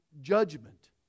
judgment